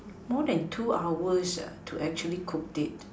more than two hours uh to actually cooked it